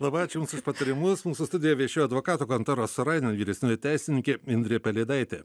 labai ačiū jums už patarimus mūsų studijoj viešėjo advokatų kontoros sorains vyresnioji teisininkė indrė pelėdaitė